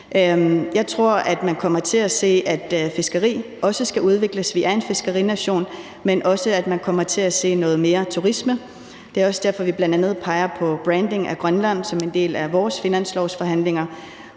Jeg tror, at man kommer til at se, at fiskeri også skal udvikles, for vi er en fiskerination. Men jeg tror også, at man kommer til at se noget mere turisme – det er også derfor, at vi bl.a. peger på branding af Grønland som en del af vores finanslovsforhandlinger